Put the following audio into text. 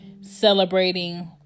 celebrating